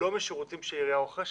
ולא משירותים שהעירייה רוכשת.